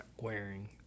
wearing